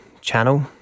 channel